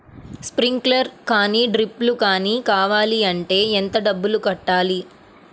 Sprinkler కానీ డ్రిప్లు కాని కావాలి అంటే ఎంత డబ్బులు కట్టాలి?